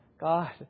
God